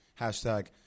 Hashtag